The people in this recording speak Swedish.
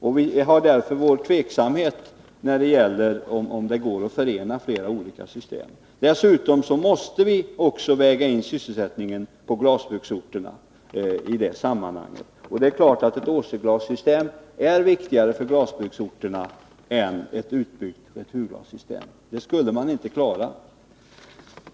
Vi är därför tveksamma till om det går att förena flera olika system. Dessutom måste man väga in sysselsättningen på glasbruksorterna i detta sammanhang. Och det är klart att återglassystemet är viktigare för glasbruksorterna än ett utbyggt returglassystem — det skulle man inte klara.